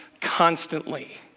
constantly